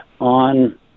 on